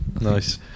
nice